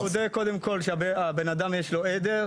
אני בודק קודם כל שהבן אדם יש לו עדר,